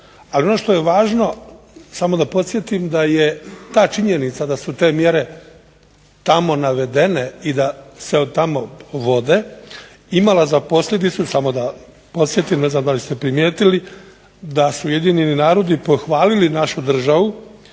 ono što je važno, samo da podsjetim, da je ta činjenica da su te mjere tamo navedene i da se od tamo vode imala za posljedicu, samo da podsjetim, ne znam da li ste primjetili sa su Ujedinjeni narodi pohvalili našu državu